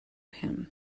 him